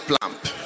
plump